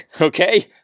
okay